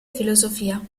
filosofia